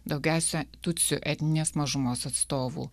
daugiausia tutsių etninės mažumos atstovų